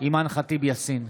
אימאן ח'טיב יאסין,